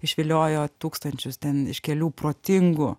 išviliojo tūkstančius ten iš kelių protingų